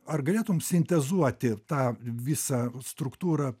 ar galėtum sintezuoti tą visą struktūrą